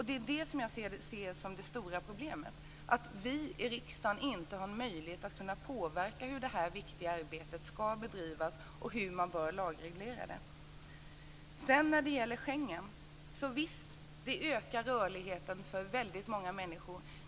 Det är det som jag ser som det stora problemet. Vi i riksdagen har ingen möjlighet att påverka hur det här viktiga arbetet ska bedrivas och hur man bör lagreglera det. Visst ökar Schengenavtalet rörligheten för väldigt många människor.